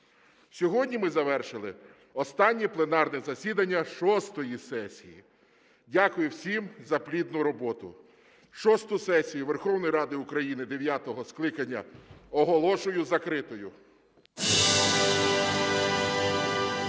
Сьогодні ми завершили останнє пленарне засідання шостої сесії. Дякую всім за плідну роботу. Шосту сесію Верховної Ради України дев'ятого скликання оголошую закритою.